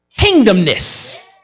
kingdomness